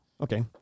okay